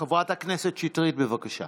חברת הכנסת שטרית, בבקשה.